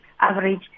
average